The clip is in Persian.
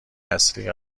اصلی